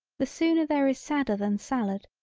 the sooner there is sadder than salad,